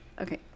Okay